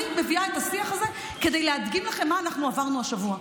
אני מביאה את השיח הזה כדי להדגים לכם מה אנחנו עברנו השבוע.